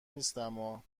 نیستما